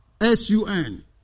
S-U-N